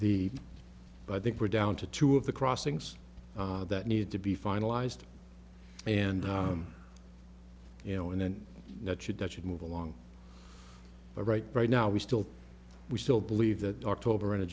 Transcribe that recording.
the i think we're down to two of the crossings that need to be finalized and you know and then that should that should move along right bright now we still we still believe that october